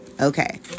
okay